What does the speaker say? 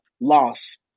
loss